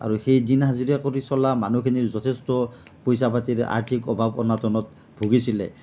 আৰু সেই দিন হাজিৰা কৰি চলা মানুহখিনি যথেষ্ট পইচা পাতিৰ আৰ্থিক অভাৱ অনাটনত ভুগীছিলে